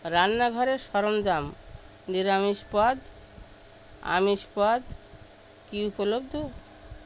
রান্নাঘরের সরঞ্জাম নিরামিষ পদ আমিষ পদ কি উপলব্ধ